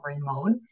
mode